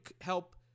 help